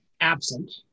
absent